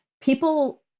People